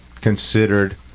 considered